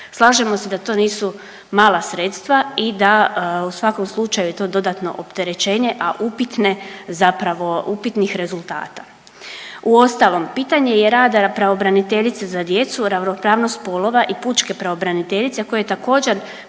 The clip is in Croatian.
Slažemo se da to nisu mala sredstva i da u svakom slučaju je to dodatno opterećenje, a upitne zapravo, upitnih rezultata. Uostalom, pitanje je rada pravobraniteljice za djecu, ravnopravnost spolova i pučke pravobraniteljice, a koje također,